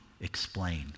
explain